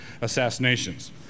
assassinations